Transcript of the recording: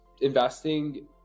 investing